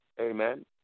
Amen